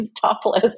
topless